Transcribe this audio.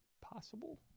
possible